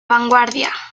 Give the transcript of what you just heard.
vanguardia